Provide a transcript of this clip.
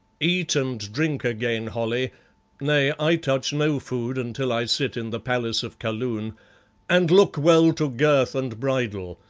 eat and drink again, holly nay, i touch no food until i sit in the palace of kaloon and look well to girth and bridle,